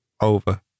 over